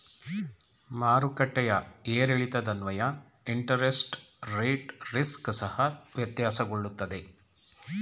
ಮಾರುಕಟ್ಟೆಯ ಏರಿಳಿತದನ್ವಯ interest rate risk ಸಹ ವ್ಯತ್ಯಾಸಗೊಳ್ಳುತ್ತದೆ